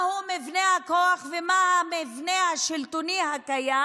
מהו מבנה הכוח ומה המבנה השלטוני הקיים,